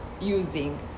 using